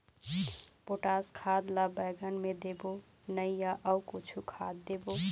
Potash खाद ला बैंगन मे देबो नई या अऊ कुछू खाद देबो?